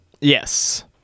Yes